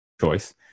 choice